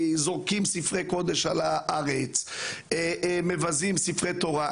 שזורקים ספרי קודש על הארץ ומבזים ספרי תורה.